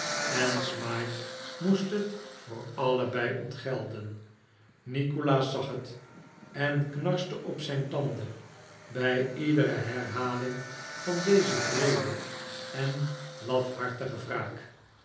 en smike moest het voor allebei ontgelden nikolaas zag het en knarste op zijn tanden bij iedere herhaling van deze wreede en lafhartige wraak